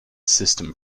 system